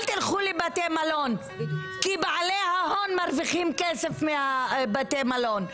אל תלכו לבתי מלון כי בעלי ההון מרוויחים כסף מבתי המלון.